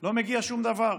לא מגיע שום דבר.